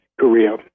Korea